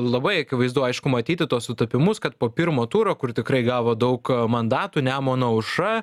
labai akivaizdu aišku matyti tuos sutapimus kad po pirmo turo kur tikrai gavo daug mandatų nemuno aušra